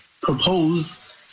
propose